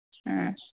ꯑꯥ